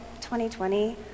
2020